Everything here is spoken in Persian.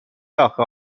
آخه